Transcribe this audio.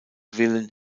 willen